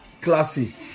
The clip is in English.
Classy